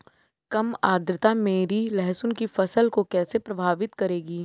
कम आर्द्रता मेरी लहसुन की फसल को कैसे प्रभावित करेगा?